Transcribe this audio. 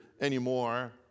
anymore